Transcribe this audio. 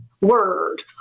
word